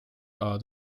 all